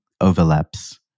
overlaps